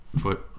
foot